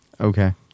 Okay